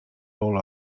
role